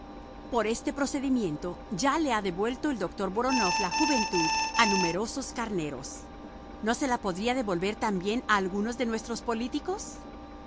por este procedimiento ya le ha devuelto el doctor voronof la juventud a numerosos carneros no se la podría devolver también a algunos de nuestros políticos